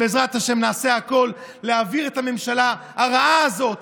שבעזרת השם נעשה הכול להעביר את הממשלה הרעה הזאת,